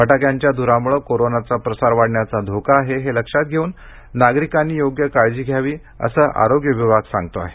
फटाक्यांच्या धूरामुळं कोरोनाचा प्रसार वाढण्याचा धोका आहे हे लक्षात घेऊन नागरिकांनी योग्य काळजी घ्यावी असं आरोग्य विभाग सांगतो आहे